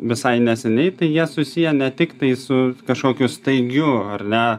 visai neseniai tai jie susiję ne tiktai su kažkokiu staigiu ar ne